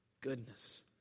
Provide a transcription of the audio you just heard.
goodness